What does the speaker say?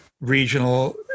regional